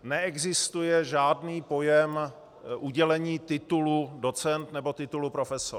Neexistuje žádný pojem udělení titulu docent nebo titulu profesor.